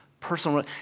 Personal